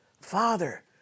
Father